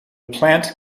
plant